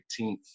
18th